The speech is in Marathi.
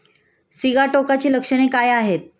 सिगाटोकाची लक्षणे काय आहेत?